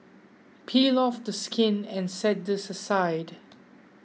peel off the skin and set this aside